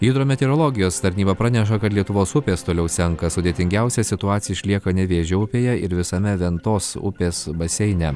hidrometeorologijos tarnyba praneša kad lietuvos upės toliau senka sudėtingiausia situacija išlieka nevėžio upėje ir visame ventos upės baseine